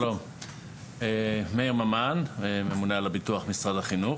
שלום, מאיר ממן, ממונה על הביטוח במשרד החינוך.